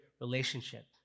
relationship